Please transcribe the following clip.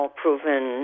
proven